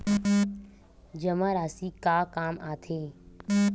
जमा राशि का काम आथे?